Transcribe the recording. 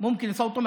אנחנו ואתם ביחד,